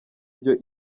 byo